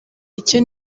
icyo